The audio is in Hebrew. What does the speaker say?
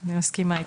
אני מסכימה איתך.